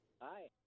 Hi